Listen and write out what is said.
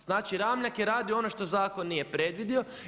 Znači, Ramljak je radio ono što zakon nije predvidio.